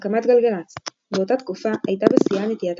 הקמת גלגלצ באותה תקופה הייתה בשיאה נטייתה